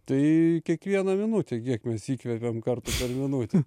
tai kiekvieną minutę kiek mes įkvepiam kartų per minutę